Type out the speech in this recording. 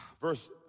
Verse